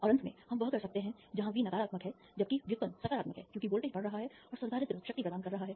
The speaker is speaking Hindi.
और अंत में हम वह कर सकते हैं जहां V नकारात्मक है जबकि व्युत्पन्न सकारात्मक है क्योंकि वोल्टेज बढ़ रहा है और संधारित्र शक्ति प्रदान कर रहा है